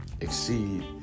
Exceed